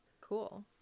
cool